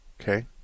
Okay